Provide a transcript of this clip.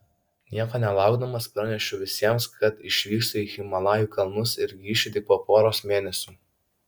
nieko nelaukdamas pranešiau visiems kad išvykstu į himalajų kalnus ir grįšiu tik po poros mėnesių